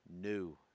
new